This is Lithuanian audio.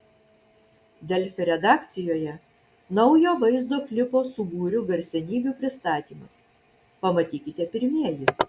delfi redakcijoje naujo vaizdo klipo su būriu garsenybių pristatymas pamatykite pirmieji